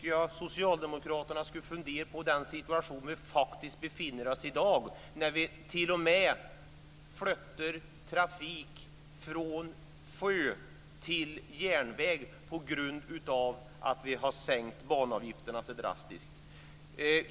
Jag tycker att socialdemokraterna ska fundera på den situation som vi faktiskt befinner oss i i dag när vi t.o.m. flyttar trafik från sjö till järnväg på grund av att vi har sänkt banavgifterna så drastiskt.